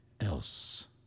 else